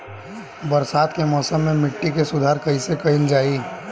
बरसात के मौसम में मिट्टी के सुधार कइसे कइल जाई?